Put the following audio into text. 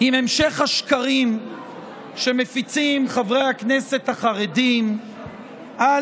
עם המשך השקרים שמפיצים חברי הכנסת החרדים על